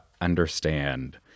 understand